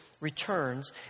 returns